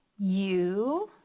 u